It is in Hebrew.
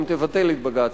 גם תבטל את בג"ץ,